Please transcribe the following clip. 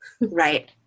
right